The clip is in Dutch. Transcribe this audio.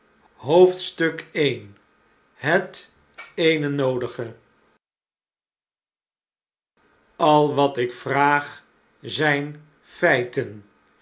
het eene noodige a wat ik vraag zijn feiten